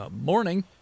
Morning